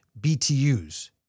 BTUs